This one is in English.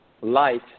light